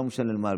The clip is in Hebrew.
לא משנה מה,